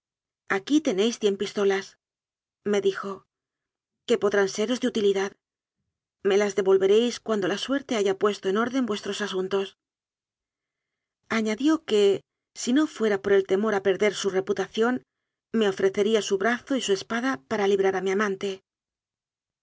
aquí tenéis cien pistolasme dijo que odrán seros de utilidad me las devolveréis cuando la suerte haya puesto en orden vuestros asuntos añadió que si no fuera por el temor de perder su reputación me ofrecería su brazo y su espada para librar a mi amante